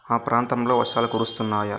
మా ప్రాంతంలో వర్షాలు కురుస్తున్నాయా